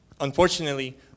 unfortunately